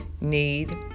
need